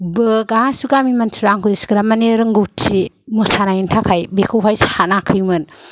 बो गासिबो गामिनि मानसिफोरा आंखौ इसिग्राब मानि रोंगौथि मोसानायनि थाखाय बिखौहाय सानाखैमोन